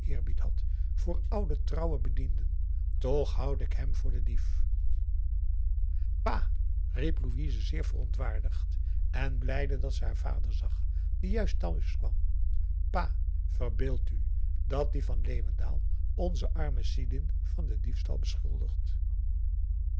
voor oude trouwe bedienden toch houd ik hem voor den dief pa riep louise zeer verontwaardigd en blijde dat ze haar vader zag die juist thuis kwam pa verbeeld u dat die van leeuwendaal onzen armen sidin van den diefstal beschuldigt